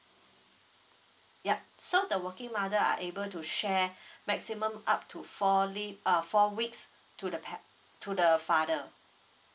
yup so the working mother are able to share maximum up to four leave uh four weeks to the pa~ to the father